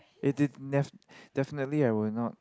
it did nev~ definitely I will not